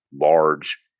Large